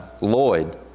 Lloyd